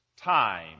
time